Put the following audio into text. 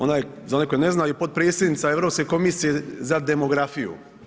Ona je za one koji ne znaju potpredsjednica Europske komisije za demografiju.